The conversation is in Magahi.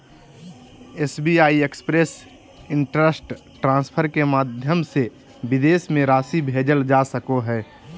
एस.बी.आई एक्सप्रेस इन्स्टन्ट ट्रान्सफर के माध्यम से विदेश में राशि भेजल जा सको हइ